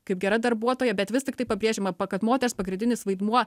kaip gera darbuotoja bet vis tiktai pabrėžiama kad moters pagrindinis vaidmuo